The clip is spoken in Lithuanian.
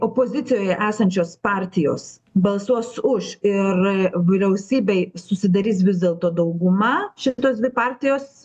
opozicijoje esančios partijos balsuos už ir vyriausybėj susidarys vis dėlto dauguma šitos dvi partijos